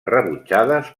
rebutjades